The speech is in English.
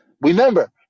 Remember